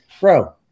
Bro